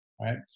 right